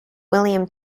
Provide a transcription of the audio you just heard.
william